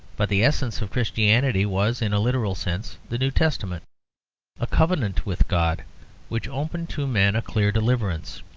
but the essence of christianity was in a literal sense the new testament a covenant with god which opened to men a clear deliverance.